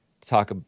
talk